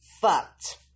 fucked